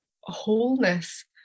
wholeness